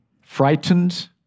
frightened